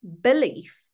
belief